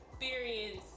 experience